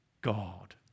God